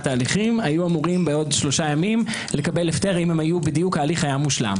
התהליכים היו אמורים בעוד שלושה ימים לקבל הפטר אם ההליך היה מושלם.